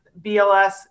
BLS